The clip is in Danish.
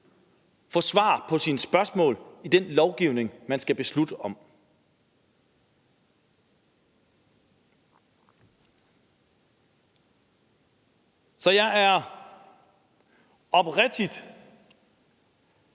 få svar på sine spørgsmål til den lovgivning, man skal træffe beslutning om? Så jeg er oprigtig